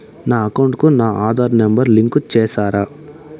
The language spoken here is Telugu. నా అకౌంట్ కు నా ఆధార్ నెంబర్ లింకు చేసారా